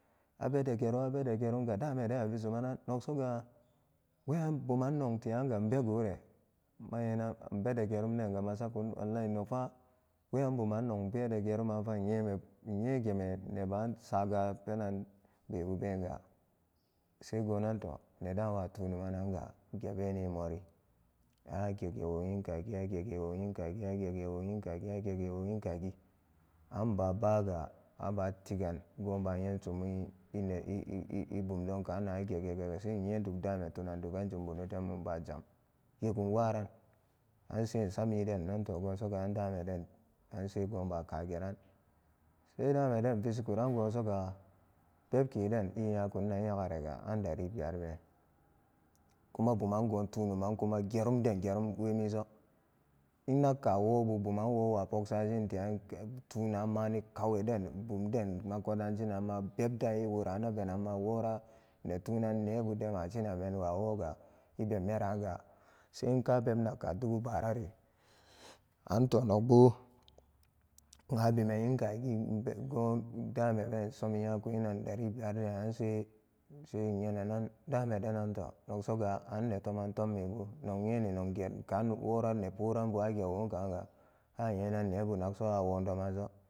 Abede gerum abede gerum se neden a visu manan nog soga weyan buman nok teranga mbe gore ma nyenan nbede gerum den ga ma sakun wallahi nogfa weyan buman nok be de geruman nyen ge nebaan saga pen an bebeu beenga se gonan toh nedaan wa tunumanan ga gebene mori an agege wo nyen kagi agegewo nyinkagi agegewon yin kagi agege wo nyinkagi an nba baa ga aba tigan gon ba ngen sumi ine i'i bumdon ka aan agegega se nyenduk daame tunan dugan jum bon temum ba jam yegum waran anse nsa midenga nnoon to goon soga an da meden anse goon ba geran sedameden vishi kuran goon soga bebke den i nyakunng nyagarega an dari biyar been kuma buman goon tunuman bo gerum den gerum wemiso ku naka wobu bumanugo wa pogsa cinan tean tuunan mani kaweden bumden ma ko tan cinan ma bebe wora aan netunan nebuje kabenan ka wo ibe meraango se nka beb naak jubu bari anto nogbo nhabi be nyinkagi nbe goon dameben nsomi nyaku nyinan dari biyari se nyenanan dame denan toh nokso ga annetoman tommebu nok nyeni nok get kani neporanbu agewoon kaanga a nyenaneb nakso a pbomanso.